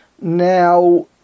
Now